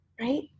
right